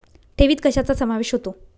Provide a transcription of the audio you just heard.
ठेवीत कशाचा समावेश होतो?